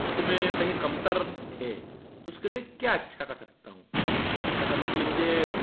इसको मैं कहीं कमतर है तो उसके लिए क्या अच्छा कर सकता हूँ तो अच्छा करने के लिए मुझे